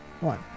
one